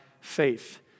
faith